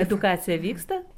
edukacija vyksta